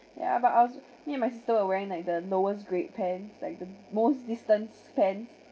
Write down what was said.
yeah but I was like me and my sister was like wearing the lowest grade pants like the most distance pant